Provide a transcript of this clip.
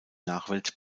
nachwelt